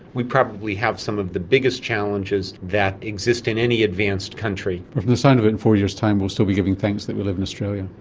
we probably have some of the biggest challenges that exist in any advanced country. from the sound of it in four years time we'll still be giving thanks that we live in australia.